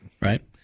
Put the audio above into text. Right